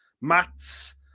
mats